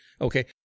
Okay